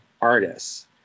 artists